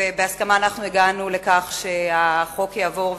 ובהסכמה אנחנו הגענו לכך שהחוק יעבור,